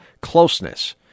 closeness